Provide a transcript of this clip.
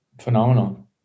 Phenomenal